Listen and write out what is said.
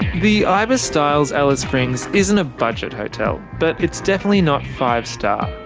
the ibis styles alice springs isn't a budget hotel, but it's definitely not five star.